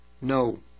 No